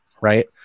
right